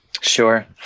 Sure